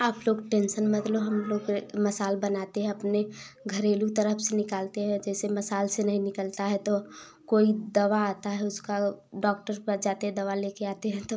आप लोग टेंसन मत लो हम लोग मसाल बनाते हैं अपने घरेलू तरफ से निकालते हैं जैसे मसाल से नहीं निकलता है तो कोई दवा आता है उसका डॉक्टर के पास जाते हैं दवा लेके आते हैं तब